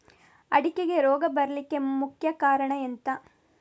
ಅಡಿಕೆಗೆ ರೋಗ ಬರ್ಲಿಕ್ಕೆ ಮುಖ್ಯ ಕಾರಣ ಎಂಥ?